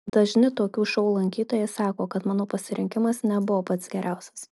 dažni tokių šou lankytojai sako kad mano pasirinkimas nebuvo pats geriausias